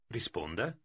Risponda